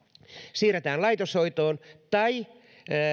siirretään laitoshoitoon